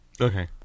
Okay